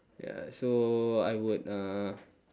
ya so I would uh